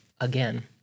again